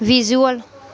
visual